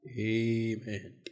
Amen